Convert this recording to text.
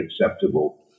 acceptable